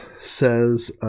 says